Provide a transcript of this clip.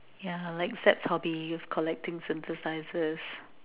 ya like Seb's hobby of collecting synthesizers